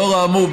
לאור האמור,